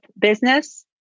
business